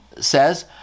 says